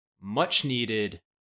much-needed